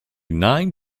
nine